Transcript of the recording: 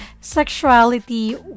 sexuality